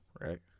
right